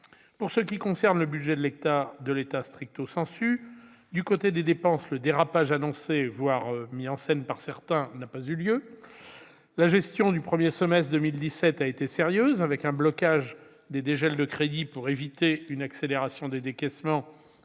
Pour ce qui concerne le budget de l'État, du côté des dépenses, le « dérapage » annoncé, voire mis en scène, par certains n'a pas eu lieu. La gestion du premier semestre 2017 a été sérieuse, avec un blocage des dégels de crédits pour éviter une accélération des décaissements